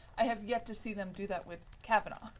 i have yet to see them do that with kavanaugh.